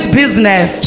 business